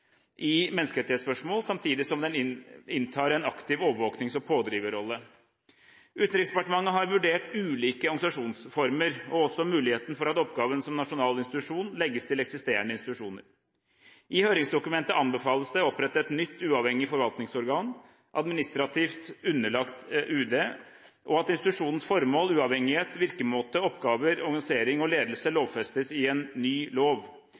i menneskerettighetsspørsmål, samtidig som den inntar en aktiv overvåknings- og pådriverrolle. Utenriksdepartementet har vurdert ulike organisasjonsformer, og også muligheten for at oppgaven som nasjonal institusjon legges til eksisterende institusjoner. I høringsdokumentet anbefales det å opprette et nytt, uavhengig forvaltningsorgan administrativt underlagt UD, og at institusjonens formål, uavhengighet, virkemåte, oppgaver, organisering og ledelse lovfestes i en ny lov.